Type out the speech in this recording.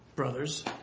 brothers